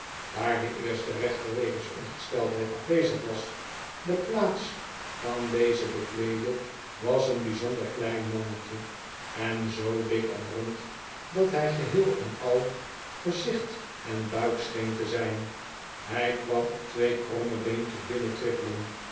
daar de eerste rechter wegens ongesteldheid afwezig was de plaats van dezen bekleedde was een bijzonder klein mannetje en zoo dik en rond dat hij geheel en al gezicht en buik scheen te zijn hij kwam op twee kromme beentjes